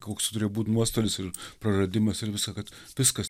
koks turėjo būt nuostolis ir praradimas ir visa kad viskas